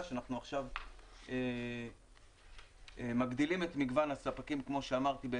שאנחנו עכשיו מגדילים את מגוון הספקים כמו שאמרתי,